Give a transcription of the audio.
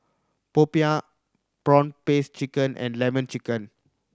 popiah prawn paste chicken and Lemon Chicken